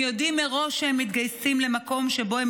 הם יודעים מראש שהם מתגייסים למקום שבו הם